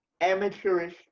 amateurish